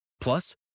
Plus